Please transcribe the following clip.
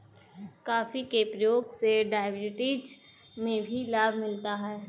coffee के प्रयोग से डायबिटीज में भी लाभ मिलता है